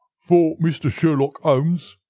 for mr. sherlock holmes,